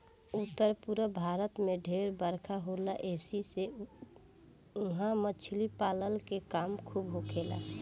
उत्तर पूरब भारत में ढेर बरखा होला ऐसी से उहा मछली पालन के काम खूब होखेला